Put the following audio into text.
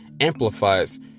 amplifies